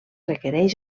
requereix